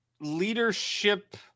leadership